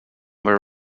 were